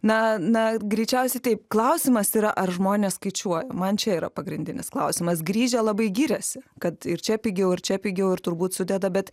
na na greičiausiai taip klausimas yra ar žmonės skaičiuoja man čia yra pagrindinis klausimas grįžę labai giriasi kad ir čia pigiau ir čia pigiau ir turbūt sudeda bet